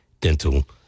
Dental